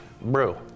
Brew